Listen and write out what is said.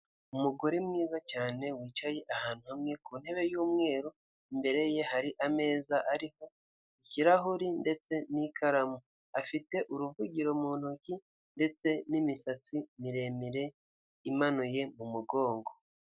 Mu muhanda rwagati mu masaha y'ijoro aha hino kuri iki gice kigendedwaho n'abanyamaguru hari ububiko bwagenewe kubikamo cyangwa kujugunywamo imyanda ikoreshwa n'abakoresha umuhanda harimo ibinyabiziga biri kugendera mu muhanda bibisikana by'umwihariko imodoka inini n'intoya ndetse n'abanyamaguru bari gukoresha umuhanda.